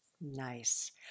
Nice